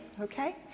okay